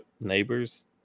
neighbors